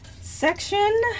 section